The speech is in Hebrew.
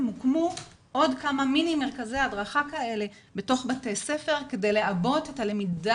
הוקמו עוד כמה מיני-מרכזי הדרכה כאלה בתוך בתי ספר כדי לעבות את הלמידה